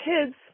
kids